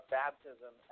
baptism